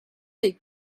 les